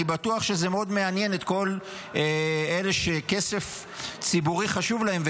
אני בטוח שזה מאוד מעניין את כל אלה שכסף ציבורי חשוב להם,